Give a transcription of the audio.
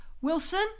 Wilson